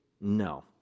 no